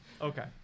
Okay